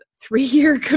three-year